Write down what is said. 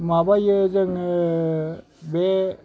माबायो जोङो बे